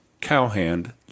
Cowhand